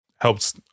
helps